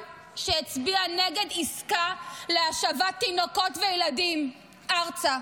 שהצביע נגד עסקה להשבת תינוקות וילדים ארצה.